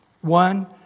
One